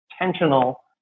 intentional